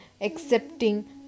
accepting